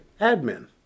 admin